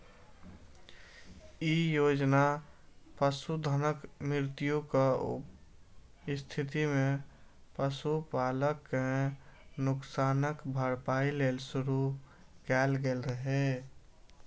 ई योजना पशुधनक मृत्युक स्थिति मे पशुपालक कें नुकसानक भरपाइ लेल शुरू कैल गेल रहै